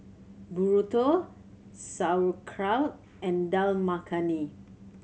Burrito Sauerkraut and Dal Makhani